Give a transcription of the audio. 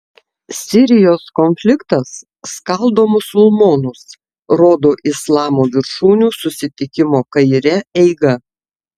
sirijos konfliktas skaldo musulmonus rodo islamo viršūnių susitikimo kaire eiga